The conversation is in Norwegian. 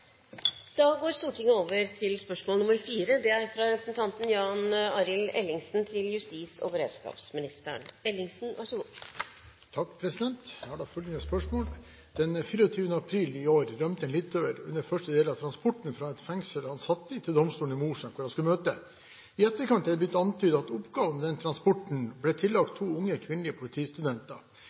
Jeg har følgende spørsmål: «Den 24. april 2012 rømte en litauer under første del av transporten fra fengselet han satt i, til domstolen i Mosjøen hvor han skulle møte. I etterkant er det blitt antydet at oppgaven med denne transporten ble tillagt to unge kvinnelige politistudenter.